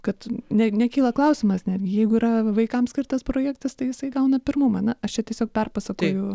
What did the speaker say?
kad ne nekyla klausimas netgi jeigu yra vaikams skirtas projektas tai jisai gauna pirmumą na aš tiesiog perpasakoju